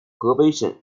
河北省